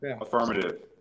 Affirmative